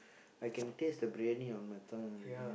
I can taste the briyani on my tongue already